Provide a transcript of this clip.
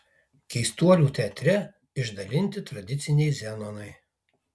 keistuolių teatre išdalinti tradiciniai zenonai